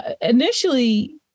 initially